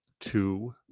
two